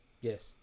Yes